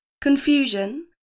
confusion